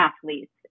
athletes